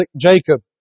Jacob